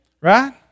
right